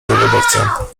zawodowca